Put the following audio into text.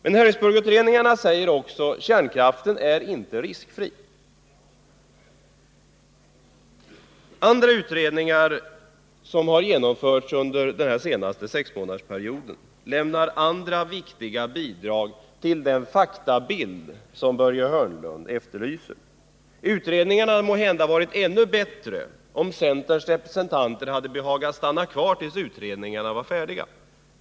; Men Harrisburgsutredningarna säger också att kärnkraften inte är riskfri. Andra utredningar som gjorts under den senaste sexmånadersperioden lämnar andra viktiga bidrag till den faktabild som Börje Hörnlund efterlyser. Utredningarna hade måhända blivit ännu bättre, om centerns representanter hade behagat stanna kvar tills utredningarna var färdiga.